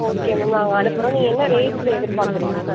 okay ma'am நாங்கள் அனுப்புகிறோம் நீங்கள் என்ன ரேஞ்சில் எதிர்பாக்குறீங்க